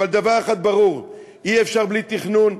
אבל דבר אחד ברור: אי-אפשר בלי תכנון,